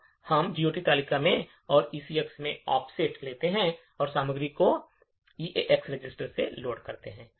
अब हम GOT तालिका में और उस ECX में ऑफसेट लेते हैं और सामग्री को ईएएक्स रजिस्टर में लोड करते हैं